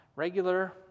regular